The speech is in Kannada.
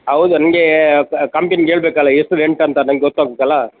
ಹೌದು ನಿಮಗೆ ಕಂಪನಿಗೆ ಹೇಳಬೇಕಲ್ಲ ಎಷ್ಟು ರೆಂಟ್ ಅಂತ ನಂಗೆ ಗೊತ್ತಾಗಬೇಕಲ್ಲ